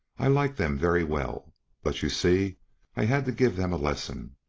i like them very well but you see i had to give them a lesson.